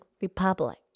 republic